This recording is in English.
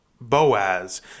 boaz